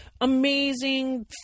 amazing